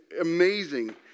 amazing